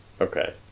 Okay